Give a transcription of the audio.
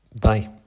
Bye